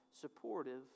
supportive